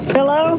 Hello